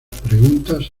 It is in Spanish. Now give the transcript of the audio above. preguntas